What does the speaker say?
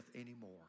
anymore